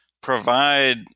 provide